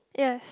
yes